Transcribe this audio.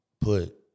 put